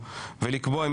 אברהם בצלאל,